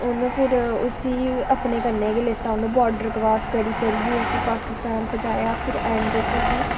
उ'न्न फिर उस्सी अपने कन्नै गै लेता उसी बाडर क्रास करी करियै उस्सी पाकिस्तान पजाया फिर ऐंड च उस्सी